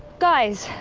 guys,